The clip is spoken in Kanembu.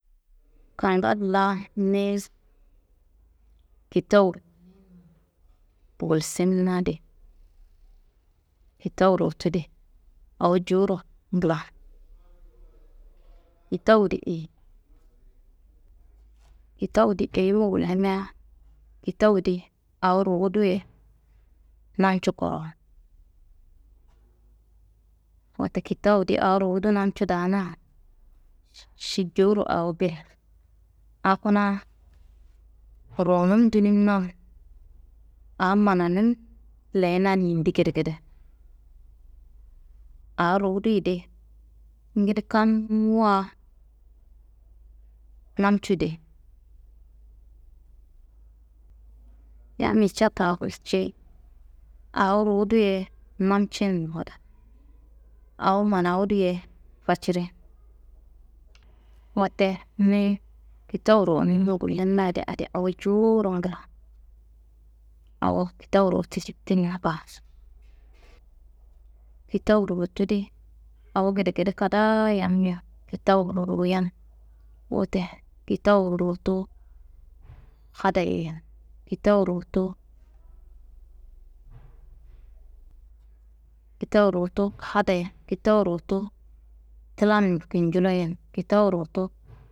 Kingal la niyis kitawu gulsimina di, kitawu ruwutu di awo jowuro ngla. Kitawu di eyi? Kitawu di eyiro gullimia, kitawu di awo ruwudu ye namcu kuro. Wote kitawu di awo ruwudu namcu daana ši jowuro awo bil, aa kuna ruwunum duniminan aa mananum leyinan yindi gedegede, aa ruwuduyi di ngili kammuwa namcu deyi. Yammi catta gulcei: « Awo ruwudu ye namci n wada, awo manawudu ye faciri n. » Wote niyi kitawu runumi gullumina di adi awo jowuro ngla, awo kitawu ruwutu citinna baa. Kitawu ruwutu di awo gedegede kadaa yammiya kitawu ruwuyan. Wote kitawu ruwutu hadaye n, kitawu ruwutu, kitawu ruwutu hadaye n, kitawu ruwutu tilan kinjiloye n, kitawu ruwutu.